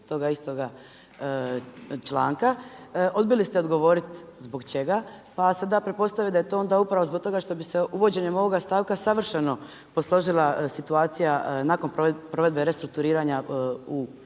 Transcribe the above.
toga istoga članka. Odbili ste odgovoriti zbog čega, pa sada pretpostavljam da je to onda upravo zbog toga što bi se uvođenjem ovoga stavka savršeno posložila situacija nakon provedbe restrukturiranju u